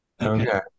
Okay